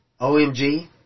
OMG